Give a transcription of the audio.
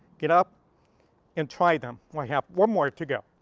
get up and try them! i have one more to go.